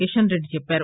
కిషన్ రెడ్డి చెప్పారు